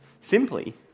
Simply